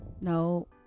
No